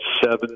seven